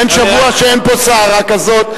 אין שבוע שאין פה סערה כזאת.